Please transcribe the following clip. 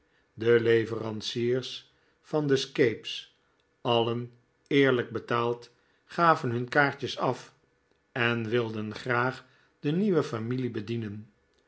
de leveranciers van de scape's alien eerlijk betaald gaven hun kaartjes af en wilden graag de nieuwe